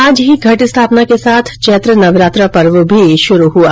आज ही घट स्थापना के साथ चैत्र नवरात्र पर्व भी शुरू हुआ